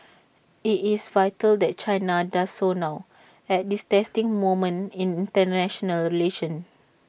IT is vital that China does so now at this testing moment in International relations